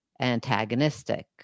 Antagonistic